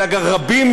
אלא רבים,